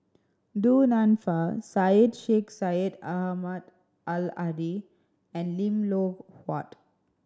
Du Nanfa Syed Sheikh Syed Ahmad Al Hadi and Lim Loh Huat